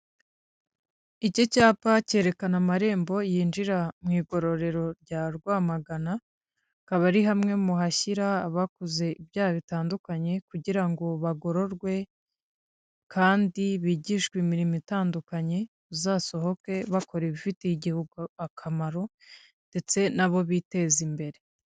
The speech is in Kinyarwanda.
Iki cyapa cyerekana amarembo yinjira mu igororero rya Rwamagana, hakaba ari hamwe mu hashyira abakoze ibyaha bitandukanye kugira ngo bagororwe kandi bigishwe imirimo itandukanye, uzasohoke bakora ibifitiye igihugu akamaro ndetse na bo biteza imbere.